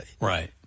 right